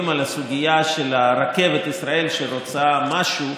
על הסוגיה של רכבת ישראל שרוצה משהו,